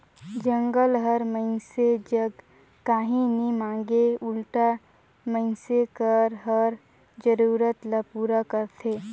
जंगल हर मइनसे जग काही नी मांगे उल्टा मइनसे कर हर जरूरत ल पूरा करथे